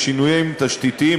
לשינויים תשתיתיים,